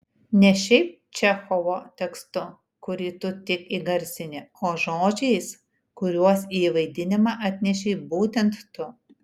ne šiaip čechovo tekstu kurį tu tik įgarsini o žodžiais kuriuos į vaidinimą atnešei būtent tu